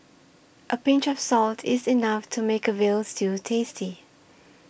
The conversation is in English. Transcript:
a pinch of salt is enough to make a Veal Stew tasty